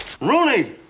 Rooney